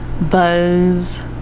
buzz